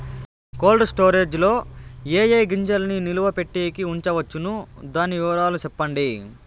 Cold storage లో ఏ ఏ గింజల్ని నిలువ పెట్టేకి ఉంచవచ్చును? దాని వివరాలు సెప్పండి?